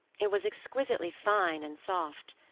it was exquisitely fine and soft,